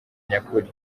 nyakuri